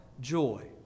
joy